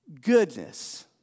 goodness